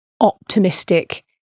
optimistic